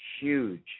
huge